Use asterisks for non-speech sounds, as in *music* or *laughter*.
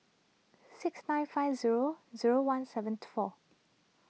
six nine five zero zero one seven *noise* four